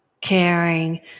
caring